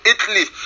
Italy